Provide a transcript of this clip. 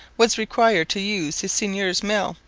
was required to use his seigneur's mill,